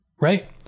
right